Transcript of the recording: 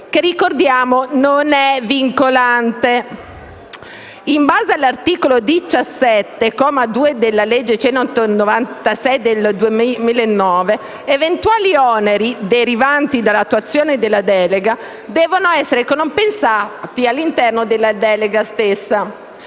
che - ricordiamo - non è vincolante. In base all'articolo 17, comma 2, della legge 31 dicembre 2009, n. 196, eventuali oneri derivanti dall'attuazione della delega devono essere compensati all'interno della delega stessa.